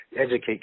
Educate